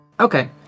Okay